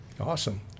awesome